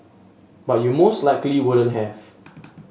but you most likely wouldn't have